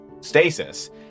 stasis